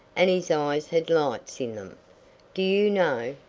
and his eyes had lights in them do you know,